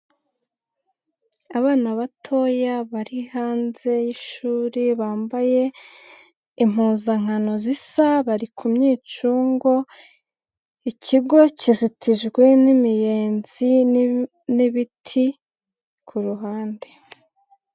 Abana batoya bari hanze y'ishuri bambaye impuzankano zisa, bari ku myicungo, ikigo kizitijwe n'imiyenzi n'ibiti ku ruhande.